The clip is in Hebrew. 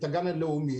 את הגן הלאומי.